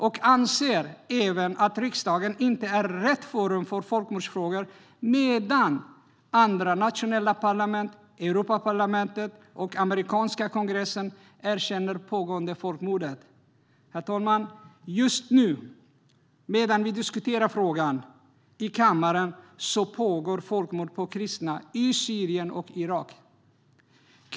De anser även att riksdagen inte är rätt forum för folkmordsfrågor, medan andra nationella parlament, Europaparlamentet och den amerikanska kongressen erkänner det pågående folkmordet. Herr talman! Just nu, medan vi diskuterar frågan i kammaren, pågår folkmord på kristna i Syrien och Irak.